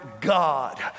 God